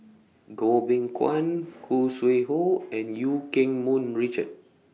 Goh Beng Kwan Khoo Sui Hoe and EU Keng Mun Richard